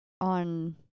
on